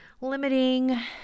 limiting